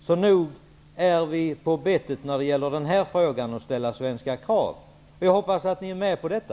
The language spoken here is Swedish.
Så nog är vi på bettet när det gäller frågan att ställa svenska krav. Jag hoppas att ni är med på detta.